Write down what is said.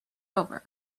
over